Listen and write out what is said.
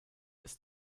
ist